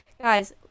guys